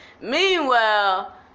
Meanwhile